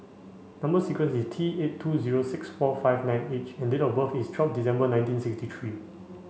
number sequence is T eight two zero six four five nine H and date of birth is twelve December nineteen sixty three